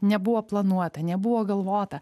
nebuvo planuota nebuvo galvota